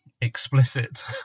explicit